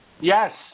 Yes